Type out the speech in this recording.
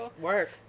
Work